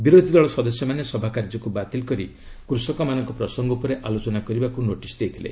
ବିରୋଧୀ ଦଳ ସଦସ୍ୟମାନେ ସଭା କାର୍ଯ୍ୟକୁ ବାତିଲ କରି କୃଷକମାନଙ୍କ ପ୍ରସଙ୍ଗ ଉପରେ ଆଲୋଚନା କରିବାକୁ ନୋଟିସ୍ ଦେଇଥିଲେ